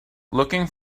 looking